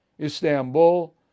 Istanbul